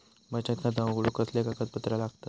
बचत खाता उघडूक कसले कागदपत्र लागतत?